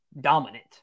dominant